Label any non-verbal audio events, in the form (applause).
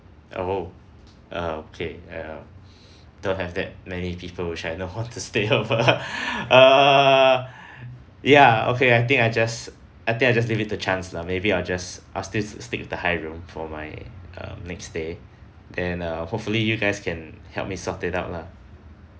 oh uh okay uh don't have that many people which I know will want to stay over (laughs) err ya okay I think I just I think I just delete the chance lah maybe I'll just I'll still stick with the high room for my um next stay then uh hopefully you guys can help me sort it out lah